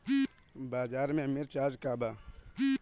बाजार में मिर्च आज का बा?